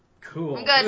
cool